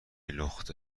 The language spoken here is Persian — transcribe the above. لخته